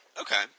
Okay